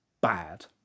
bad